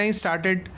started